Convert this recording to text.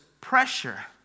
pressure